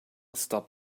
stop